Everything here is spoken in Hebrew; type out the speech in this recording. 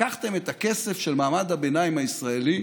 לקחתם את הכסף של מעמד הביניים הישראלי,